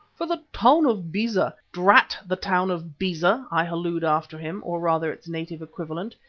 for the town of beza! drat the town of beza! i holloaed after him, or rather its native equivalent.